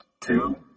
two